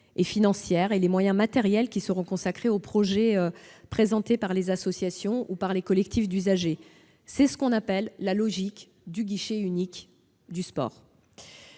et financières et les moyens matériels qui seront consacrés aux projets présentés par les associations ou les collectifs d'usagers. C'est ce que l'on appelle la logique du guichet unique du sport.